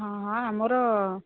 ହଁ ହଁ ଆମର